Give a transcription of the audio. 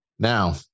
Now